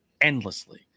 endlessly